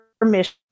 permission